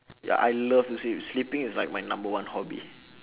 ya I love to sleep sleeping is like my number one hobby